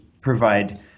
provide